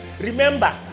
remember